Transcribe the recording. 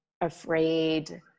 afraid